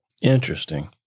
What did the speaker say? Interesting